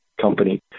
company